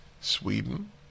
Sweden